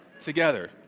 together